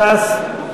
ש"ס?